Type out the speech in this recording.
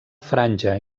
franja